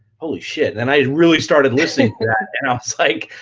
holy shit and i really started listening to that and i was like,